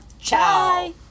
Ciao